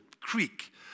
creek